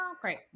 Great